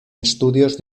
estudios